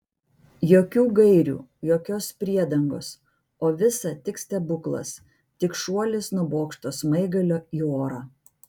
jokių gairių jokios priedangos o visa tik stebuklas tik šuolis nuo bokšto smaigalio į orą